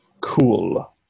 Cool